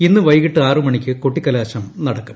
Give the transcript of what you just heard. ഇന്ന് വൈകിട്ട് ആറുമണിക്ക് കൊട്ടിക്കലാശം നടക്കും